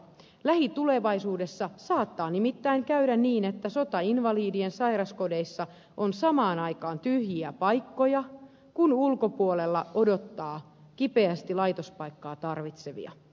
lähitulevaisuudessa saattaa nimittäin käydä niin että sotainvalidien sairaskodeissa on samaan aikaan tyhjiä paikkoja kun ulkopuolella odottaa kipeästi laitospaikkaa tarvitsevia